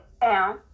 down